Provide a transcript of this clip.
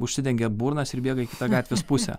užsidengia burnas ir bėga į kitą gatvės pusę